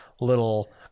little